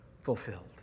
fulfilled